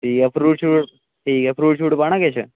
ठीक ऐ फरूट शरूट फरूट शरूट पाना किश